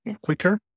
quicker